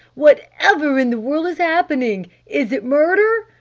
whatever in the world is happening? is it murder?